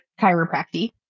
chiropractic